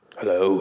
Hello